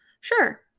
Sure